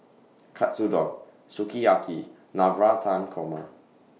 Katsudon Sukiyaki Navratan Korma